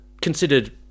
considered